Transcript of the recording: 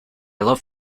love